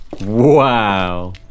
Wow